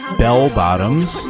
bell-bottoms